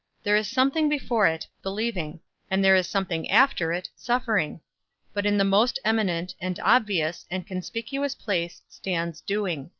there is something before it, believing and there is something after it, suffering but in the most eminent, and obvious, and conspicuous place stands doing.